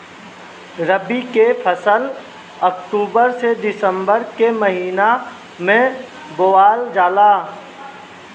रबी के फसल अक्टूबर से दिसंबर के महिना में बोअल जाला